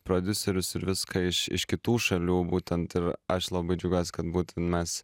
prodiuserius ir viską iš iš kitų šalių būtent ir aš labai džiaugiuosi kad būtent mes